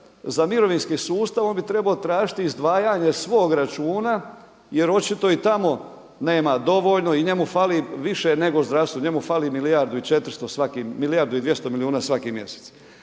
za mirovinski sustav on bi trebao tražiti izdvajanje svog računa, jer očito i tamo nema dovoljno i njemu fali više nego zdravstvu. Njemu fali milijardu i 400 svaki, milijardu i 200 milijuna svaki mjesec.